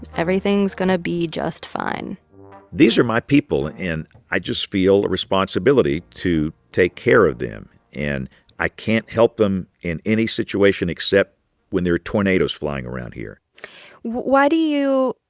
everything's going to be just fine these are my people. and i just feel a responsibility to take care of them. and i can't help them in any situation except when there are tornadoes flying around here why do you,